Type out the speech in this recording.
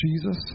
Jesus